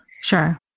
Sure